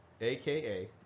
aka